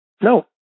No